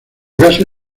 gases